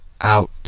out